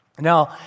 Now